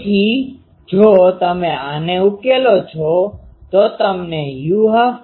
તેથી જો તમે આને ઉકેલો છો તો તમને u122